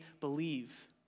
believe